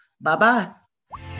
Bye-bye